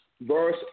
verse